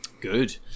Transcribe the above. Good